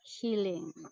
healing